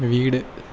വീട്